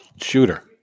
Shooter